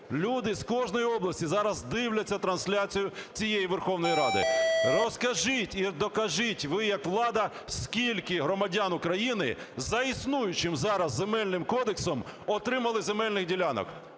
Люди з кожної області зараз дивляться трансляцію цієї Верховної Ради. Розкажіть і докажіть ви, як влада, скільки громадян України за існуючим зараз Земельним кодексом отримали земельних ділянок.